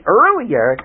earlier